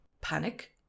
panic